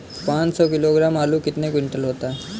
पाँच सौ किलोग्राम आलू कितने क्विंटल होगा?